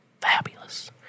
fabulous